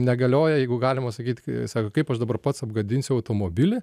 negalioja jeigu galima sakyt k sako kaip aš dabar pats apgadinsiu automobilį